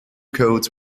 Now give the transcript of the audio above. coat